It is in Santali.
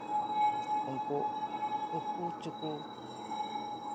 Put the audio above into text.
ᱩᱱᱠᱩ ᱩᱠᱩ ᱪᱩᱠᱩ